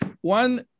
one